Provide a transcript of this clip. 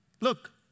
Look